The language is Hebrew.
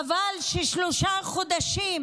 חבל ששלושה חודשים